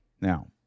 Now